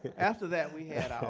after that, we had